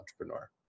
entrepreneur